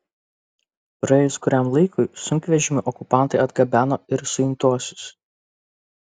praėjus kuriam laikui sunkvežimiu okupantai atgabeno ir suimtuosius